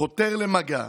חותר למגע,